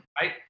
Right